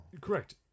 Correct